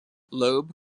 loeb